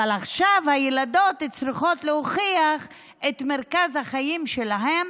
אבל עכשיו הילדות צריכות להוכיח שמרכז החיים שלהן